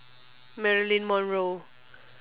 marilyn monroe